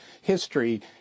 history